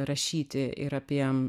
rašyti ir apie